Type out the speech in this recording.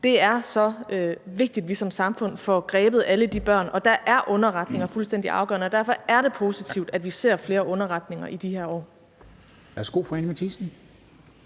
Det er så vigtigt, at vi som samfund får grebet alle de børn, og der er underretninger fuldstændig afgørende. Og derfor er det positivt, at vi ser flere underretninger i de her år.